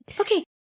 Okay